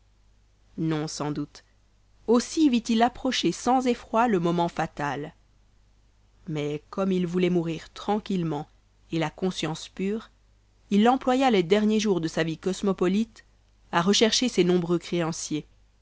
non sans doute aussi vit-il approcher sans effroi le moment fatal mais comme il voulait mourir tranquillement et la conscience pure il employa les derniers jours de sa vie cosmopolite à rechercher ses nombreux créanciers